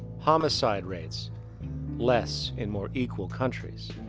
homicide rates less in more equal countries.